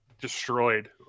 destroyed